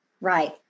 Right